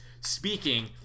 speaking